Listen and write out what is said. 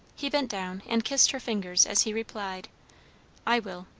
he bent down and kissed her fingers as he replied i will.